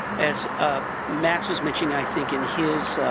as max was mentioning i think in his